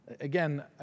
Again